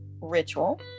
ritual